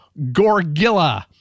Gorgilla